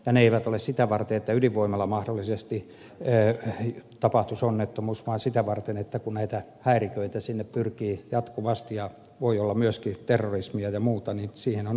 ne eivät ole sitä varten että ydinvoimalassa mahdollisesti tapahtuisi onnettomuus vaan sitä varten että näitä häiriköitä sinne pyrkii jatkuvasti ja voi olla myöskin terrorismia ja muuta ja siihen on varauduttava